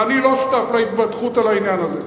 ואני לא שותף להתבדחות על העניין הזה.